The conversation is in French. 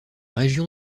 religion